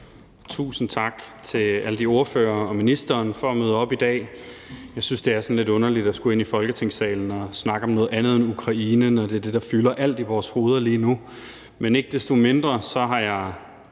tusind tak til alle ordførerne og ministeren for at møde op i dag. Jeg synes, det er sådan lidt underligt at skulle ind i Folketingssalen og snakke om noget andet end Ukraine, når det er det, der fylder alt i vores hoveder lige nu, men ikke desto mindre har jeg